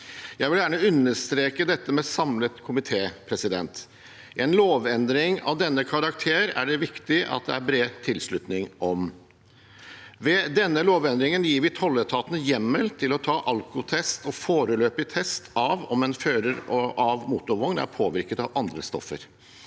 Jeg vil gjerne understreke dette med samlet komité. En lovendring av denne karakter er det viktig at det er bred tilslutning om. Ved denne lovendringen gir vi tolletaten hjemmel til å ta alkotest og foreløpig test av om en fører av motorvogn er påvirket av andre stoffer.